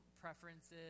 preferences